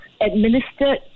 administered